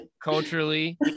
Culturally